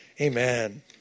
Amen